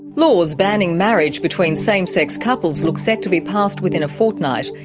laws banning marriage between same-sex couples look set to be passed within a fortnight.